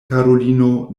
karulino